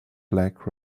black